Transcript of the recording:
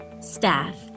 staff